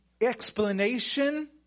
explanation